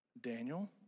Daniel